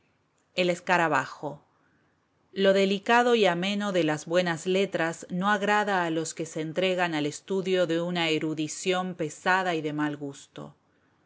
el escarabajo lo delicado y ameno de las buenas letras no agrada a los que se entregan al estudio de una erudición pesada y de mal gusto